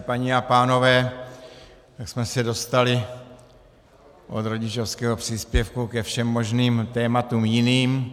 Paní a pánové, my jsme se dostali od rodičovského příspěvku ke všem možným tématům jiným.